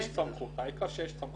יש סמכות, העיקר שיש סמכות.